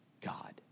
God